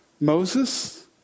Moses